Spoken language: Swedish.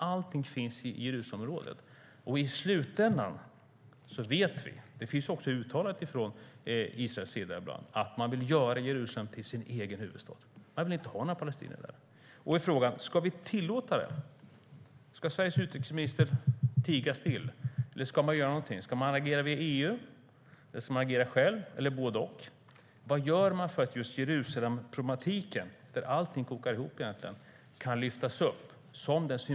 Vi vet att Israel vill göra Jerusalem till sin huvudstad. Det har man själv uttalat. Man vill inte ha några palestinier där. Ska vi tillåta det? Ska Sveriges utrikesminister tiga still? Eller ska vi agera via EU eller själva, eller både och? Vad gör vi för att lyfta upp Jerusalemproblematiken, där allt kokar ihop till den symbolfråga den är?